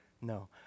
No